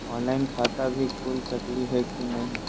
Online खाता भी खुल सकली है कि नही?